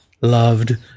loved